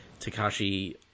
Takashi